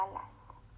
alas